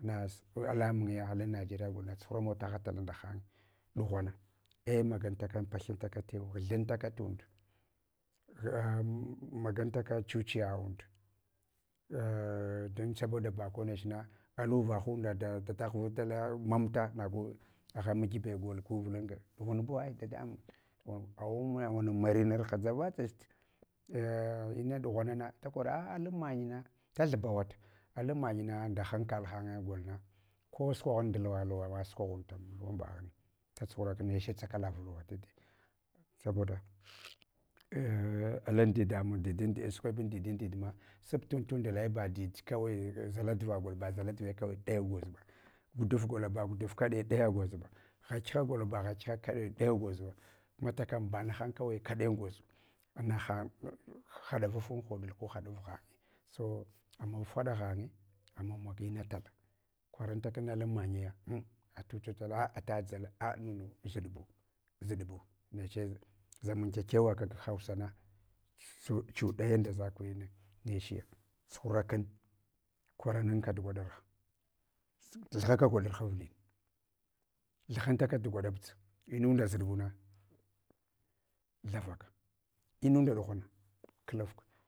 nas alamunya alan nigeria golna tsuhuramun a tagha tala ndahan ɗughana ei magatakan pahyanta ka tew ghthantaka und am magantaka chuchiya und, a donsaboda bako nechna anuva hinda da daghvutala mamta nagu, agha makibe gol guvulunta, ɗughunbuwai da damuri dughan, awa awanamarin narha ndzava tach ina ɗughanana dakora aa alan manyi na da thuba wata, alan manyi na nda hankal han hanye golna kosukwaghan ndulwa luwa sukwagha und nda mulwan mbaghne, tsatsuhura kun neche tsakalava luwa tadiya, saboda ei alan didamun didin sukebun didin di ma sub tund tundle ba diel kawai zaladva gol ba zakadv gol ba zaladvawai daya gwozba, guduf gola ba guduf kaɗai ɗaya a gwoza ba, ghakiha gola ba ghakiha kadai ɗaya a gwozba, mata kam banahan kawai kaɗai an gwozba, ana ha haɗavafun hoɗul ku haɗaf ghanye, so amawaf haɗa ghanye, amawa maga ina tala, kwaranta kan alan manyaya hun atu chuchala ata dzala a nunu, zuɗbu zuɗbu, neche zaman kyakyawa kag hausana chuɗanyanda zakuyi nechiya tsuhurakun kwarananka gwaɗa, thughaka gwaɗarha avlin, thughantakat gwaɗabdza, inundazuɗ buna thavaka, inunda ɗughana klafka.